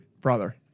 Brother